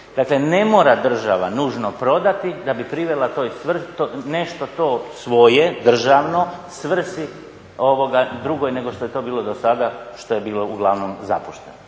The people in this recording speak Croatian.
Dakle, ne mora država nužno prodati da bi privela nešto to svoje državno svrsi drugoj nego što je to bilo do sada, što je bilo uglavnom zapušteno.